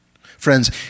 Friends